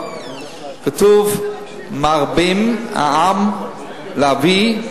כתוב: "מרבים העם להביא",